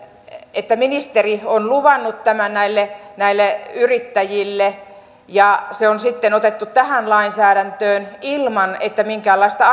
että ministeri on luvannut tämän näille näille yrittäjille ja se on sitten otettu tähän lainsäädäntöön ilman että minkäänlaista